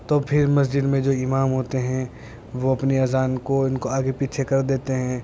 تو پھر مسجد میں جو امام ہوتے ہیں وہ اپنی اذان کو ان کو آگے پیچھے کر دیتے ہیں